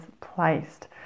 placed